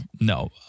No